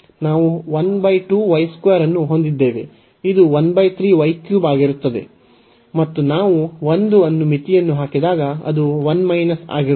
ನಾವು ಅನ್ನು ಹೊಂದಿದ್ದೇವೆ ಇದು ಆಗಿರುತ್ತದೆ ಮತ್ತು ನಾವು 1 ಅನ್ನು ಮಿತಿಯನ್ನು ಹಾಕಿದಾಗ ಅದು 1 ಆಗಿರುತ್ತದೆ